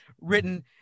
written